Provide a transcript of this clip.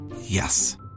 Yes